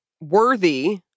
worthy—